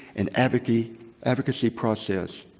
and advocacy advocacy process,